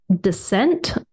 descent